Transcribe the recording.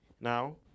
now